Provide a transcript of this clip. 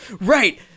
right